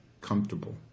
comfortable